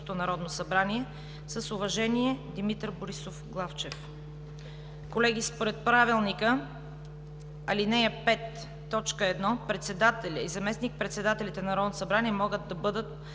народно събрание. С уважение: Димитър Борисов Главчев.“ Колеги, според Правилника – ал. 5, т. 1, председателят и заместник-председателите на Народно събрание могат да бъдат